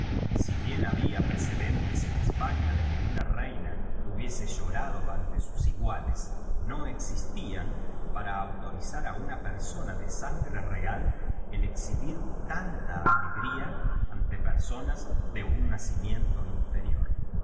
si bien había precedentes en españa de que una reina hubiese llorado ante sus iguales no existían para autorizar á una persona de sangre real el exhibir tanta alegría ante personas de un nacimiento inferior el